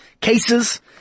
cases